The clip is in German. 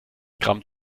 gramm